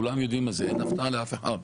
וכולם יודעים על זה, אין הפתעות לאף אחד.